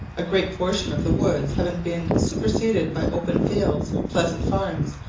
a great portion of the woods having been superseded by open fields, pleasant farms,